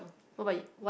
what about you